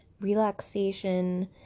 relaxation